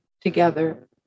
together